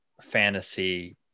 fantasy